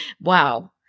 wow